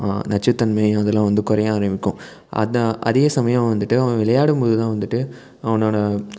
நச்சுத்தன்மை அதெல்லாம் வந்து குறைய ஆரம்மிக்கும் அதுதான் அதே சமயம் வந்துட்டு அவன் விளையாடும்போது தான் வந்துட்டு அவனோட